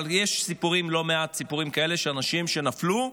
אבל יש לא מעט סיפורים כאלה של אנשים שנפלו,